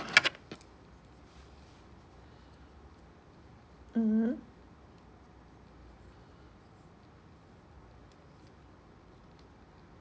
mmhmm